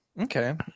Okay